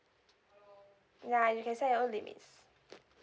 ya you can set your own limits